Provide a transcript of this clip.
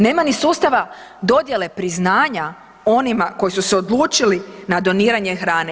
Nema ni sustava dodjele priznanja onima koji su se odlučili na doniranje hrane.